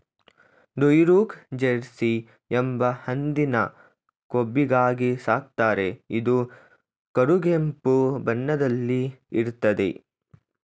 Duroc Jersey ಎಂಬ ಹಂದಿನ ಕೊಬ್ಬಿಗಾಗಿ ಸಾಕ್ತಾರೆ ಇದು ಕಡುಗೆಂಪು ಬಣ್ಣದಲ್ಲಿ ಇರ್ತದೆ